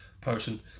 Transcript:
person